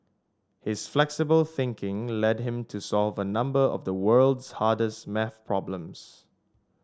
his flexible thinking led him to solve a number of the world's hardest maths problems